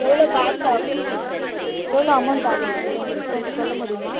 எவ்வளோ காசு ஆகும் எவ்வளோ அமௌண்ட் ஆகும் சார் கொஞ்சோம் சொல்ல முடியுமா